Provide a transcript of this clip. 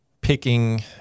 picking –